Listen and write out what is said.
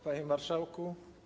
Panie Marszałku!